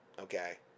okay